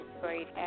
great